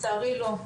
לצערי לא.